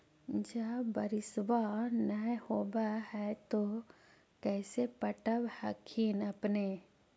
जब बारिसबा नय होब है तो कैसे पटब हखिन अपने?